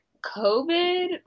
COVID